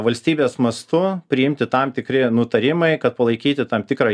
valstybės mastu priimti tam tikri nutarimai kad palaikyti tam tikrą